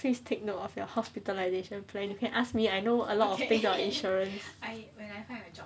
please take note of your hospitalisation plan you can ask me I know a lot of things about insurance